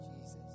Jesus